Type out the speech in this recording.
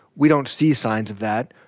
we don't see signs of that.